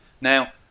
Now